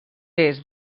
est